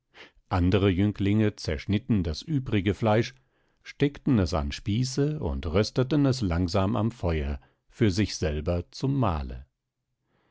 andere jünglinge zerschnitten das übrige fleisch steckten es an spieße und rösteten es langsam am feuer für sich selber zum mahle